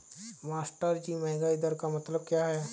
मास्टरजी महंगाई दर का मतलब क्या है?